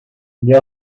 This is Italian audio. gli